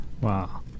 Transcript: Wow